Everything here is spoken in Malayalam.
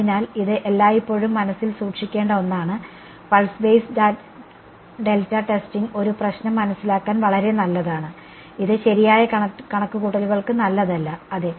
അതിനാൽ ഇത് എല്ലായ്പ്പോഴും മനസ്സിൽ സൂക്ഷിക്കേണ്ട ഒന്നാണ് പൾസ് ബേസ് ഡെൽറ്റ ടെസ്റ്റിംഗ് ഒരു പ്രശ്നം മനസിലാക്കാൻ വളരെ നല്ലതാണ് ഇത് ശരിയായ കണക്കുകൂട്ടലുകൾക്ക് നല്ലതല്ല അതെ